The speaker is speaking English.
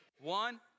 One